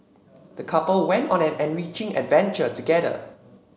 the couple went on an enriching adventure together